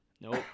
Nope